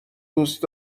دوست